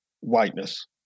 Whiteness